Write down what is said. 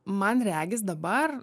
man regis dabar